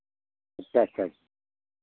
अच्छा अच्छा